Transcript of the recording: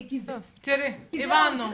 תראי, הבנו,